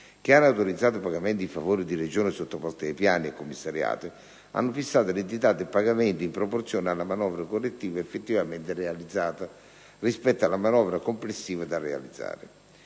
che hanno autorizzato pagamenti in favore di Regioni sottoposte ai piani e commissariate, hanno fissato l'entità del pagamento in proporzione alla manovra correttiva effettivamente realizzata, rispetto alla manovra complessiva da realizzare.